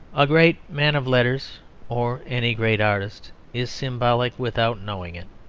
a great man of letters or any great artist is symbolic without knowing it.